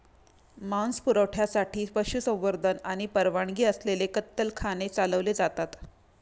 मांस पुरवठ्यासाठी पशुसंवर्धन आणि परवानगी असलेले कत्तलखाने चालवले जातात